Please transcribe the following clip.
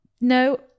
No